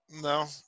No